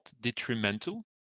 detrimental